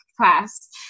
class